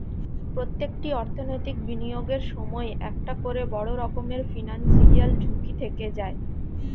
প্রত্যেকটি অর্থনৈতিক বিনিয়োগের সময়ই একটা করে বড় রকমের ফিনান্সিয়াল ঝুঁকি থেকে যায়